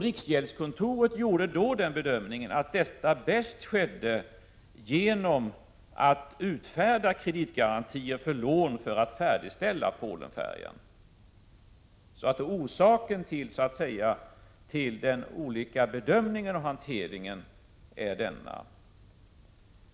Riksgäldskontoret gjorde då bedömningen att detta bäst skedde genom att utfärda kreditgarantier för lån så att Polenfärjan kunde färdigställas. Detta är anledningen till att olika bedömningar av hanteringen gjordes.